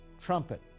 trumpet